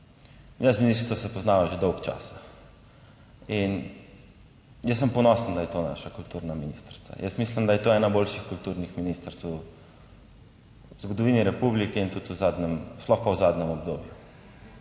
Jaz in ministrica se poznava že dolgo časa in jaz sem ponosen, da je to naša kulturna ministrica. Jaz mislim, da je to ena boljših kulturnih ministric zgodovini Republike in tudi v zadnjem, sploh pa v zadnjem obdobju.